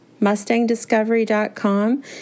mustangdiscovery.com